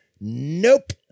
Nope